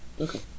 Okay